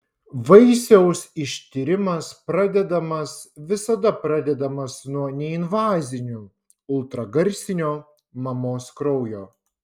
vaisiaus ištyrimas pradedamas visada pradedamas nuo neinvazinių ultragarsinio mamos kraujo